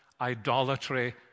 idolatry